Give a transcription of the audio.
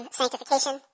sanctification